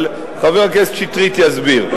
אבל חבר הכנסת שטרית יסביר.